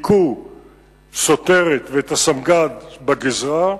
הכו שוטרת ואת הסמג"ד בגזרה,